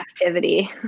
activity